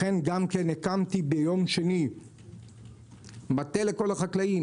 לכן גם הקמתי ביום שני מטה לכל החקלאים.